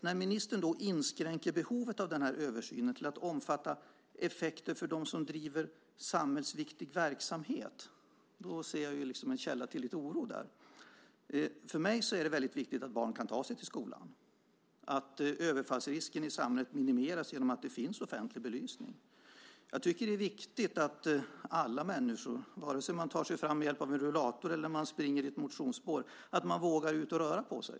När ministern då inskränker behovet av översynen till att omfatta effekter för dem som driver samhällsviktig verksamhet ser jag en källa till lite oro. För mig är det viktigt att barn kan ta sig till skolan och att överfallsrisken i samhället minimeras genom att det finns offentlig belysning. Det är viktigt att alla människor, vare sig man tar sig fram med hjälp av rullator eller springer i ett motionsspår, vågar gå ut och röra på sig.